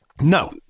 No